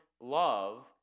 love